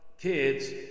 kids